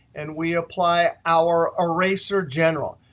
and we apply our eraser general.